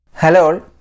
Hello